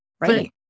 Right